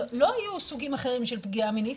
לא היו סוגים אחרים של פגיעה מינית,